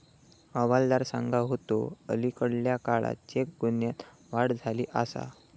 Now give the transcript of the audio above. हवालदार सांगा होतो, अलीकडल्या काळात चेक गुन्ह्यांत वाढ झाली आसा